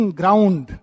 ground